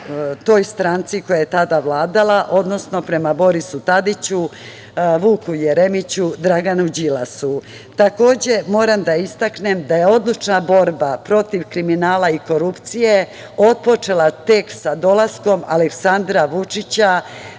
toj stranci koja je tada vladala, odnosno prema Borisu Tadiću, Vuku Jeremiću, Draganu Đilasu. Takođe moram da istaknem da je odlučna borba protiv kriminala i korupcije otpočela tek sa dolaskom Aleksandra Vučića,